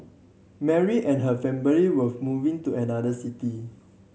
Mary and her family were moving to another city